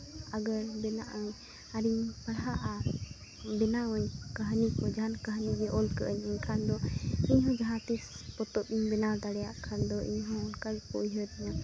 ᱟᱜᱚᱨ ᱵᱮᱱᱟᱜ ᱟᱹᱧ ᱟᱨᱮᱧ ᱯᱟᱲᱦᱟᱜᱼᱟ ᱵᱮᱱᱟᱣ ᱟᱹᱧ ᱠᱟᱹᱦᱱᱤ ᱠᱚ ᱡᱟᱦᱟᱱ ᱠᱟᱹᱦᱱᱤ ᱠᱚ ᱚᱞ ᱠᱟᱜ ᱟᱹᱧ ᱮᱱᱠᱷᱟᱱ ᱫᱚ ᱤᱧ ᱦᱚᱸ ᱡᱟᱦᱟᱸ ᱛᱤᱥ ᱯᱚᱛᱚᱵ ᱤᱧ ᱵᱮᱱᱟᱣ ᱫᱟᱲᱮᱭᱟᱜ ᱠᱷᱟᱱ ᱫᱚ ᱤᱧ ᱦᱚᱸ ᱚᱱᱠᱟ ᱜᱮᱠᱚ ᱩᱭᱦᱟᱹᱨᱤᱧᱟ